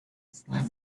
flap